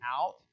out